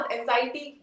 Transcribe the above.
Anxiety